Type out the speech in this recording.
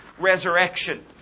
resurrection